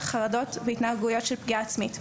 לחרדות ולהתנהגויות של פגיעה עצמית.